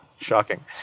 shocking